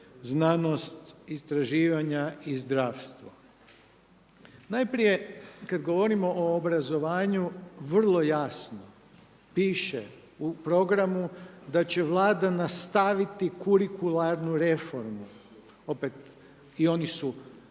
znanost, istraživanja i zdravstvo. Najprije kad govorimo o obrazovanju vrlo jasno piše u programu da će Vlada nastaviti kurikularnu reformu. Opet i oni su